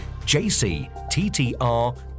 jcttr